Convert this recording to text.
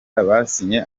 basinye